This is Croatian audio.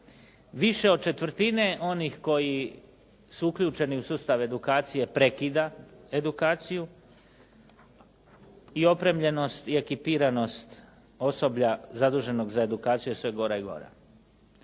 Više od četvrtine onih koji su uključeni u sustav edukacije prekida edukacije i opremljenost i ekipiranost osoblja zaduženog za edukaciju je sve gora i gora.